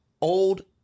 old